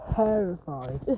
terrified